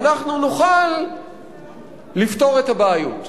אנחנו נוכל לפתור את הבעיות.